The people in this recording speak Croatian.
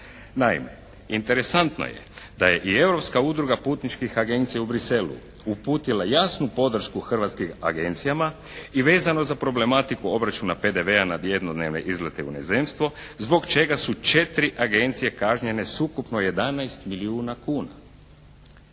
Naime, interesantno je da je i Europska udruga putničkih agencije u Bruxellesu uputila jasnu podršku hrvatskim agencijama i vezano za problematiku obračuna PDV-a na jednodnevne izlete u inozemstvo zbog čega su četiri agencije kažnjene s ukupno 11 milijuna kuna.